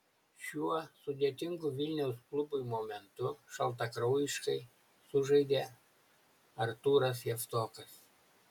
šiuo sudėtingu vilniaus klubui momentu šaltakraujiškai sužaidė artūras javtokas